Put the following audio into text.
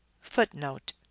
Footnote